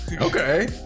Okay